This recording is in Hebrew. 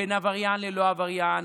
בין עבריין ללא עבריין,